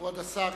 כבוד השר,